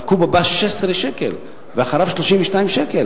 והקוב הבא זה 16 שקל, ואחריו, 32 שקל.